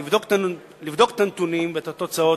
לבדוק את הנתונים ואת התוצאות.